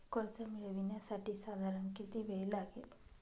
कर्ज मिळविण्यासाठी साधारण किती वेळ लागेल?